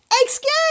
excuse